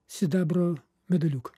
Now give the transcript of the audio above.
sidabro medaliuką